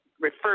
refer